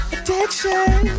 Addiction